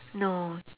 no